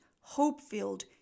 hope-filled